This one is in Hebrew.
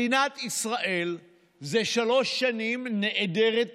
מדינת ישראל זה שלוש שנים נעדרת תקציב.